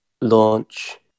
launch